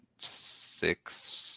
Six